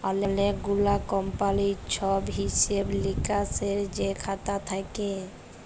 অলেক গুলা কমপালির ছব হিসেব লিকেসের যে খাতা থ্যাকে